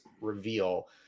reveal